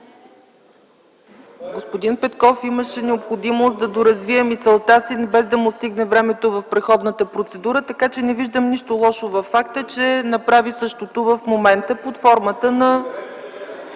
Господин Петков имаше необходимост да доразвие мисълта си, но не му стигна времето в предходната процедура. Така че не виждам нищо лошо във факта, че направи същото в момента под формата на